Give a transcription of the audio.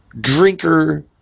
drinker